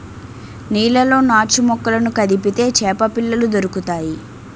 నీళ్లలో నాచుమొక్కలను కదిపితే చేపపిల్లలు దొరుకుతాయి